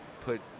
put